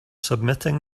submitting